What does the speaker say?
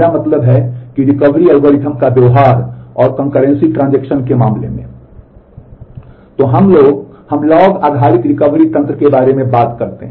तो अब हम लॉग आधारित रिकवरी तंत्र के बारे में बात करते हैं